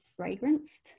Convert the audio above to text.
fragranced